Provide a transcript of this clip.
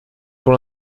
pour